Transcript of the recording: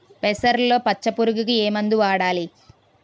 పెసరలో పచ్చ పురుగుకి ఏ మందు వాడాలి?